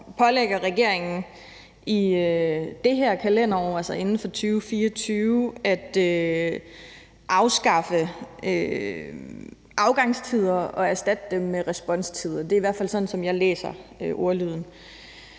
pålægger regeringen i det her kalenderår, altså inden for 2024, at afskaffe afgangstider og erstatte dem med responstider. Det er i hvert fald sådan, jeg læser ordlyden.